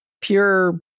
pure